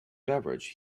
beverage